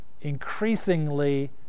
increasingly